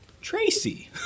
Tracy